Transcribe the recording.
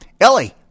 Ellie